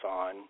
on